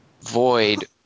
void